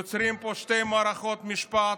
יוצרים פה שתי מערכות משפט,